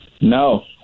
no